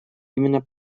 именно